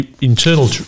internal